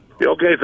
Okay